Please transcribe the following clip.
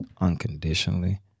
unconditionally